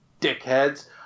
dickheads –